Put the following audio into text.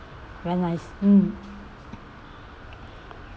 very nice mm